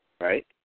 Right